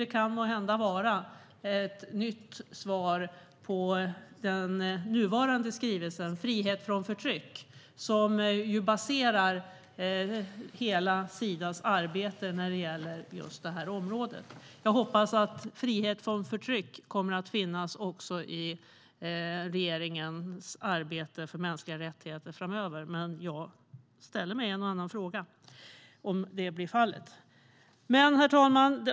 Det kan måhända vara ett nytt svar på den nuvarande skrivelsen, Frihet från förtryck - skrivelse om Sveriges demokratibistånd , som är basen för hela Sidas arbete på det här området. Jag hoppas att frihet från förtryck också kommer att finnas med i regeringens arbete för mänskliga rättigheter framöver, men jag ställer mig en och annan fråga om det blir fallet. Herr talman!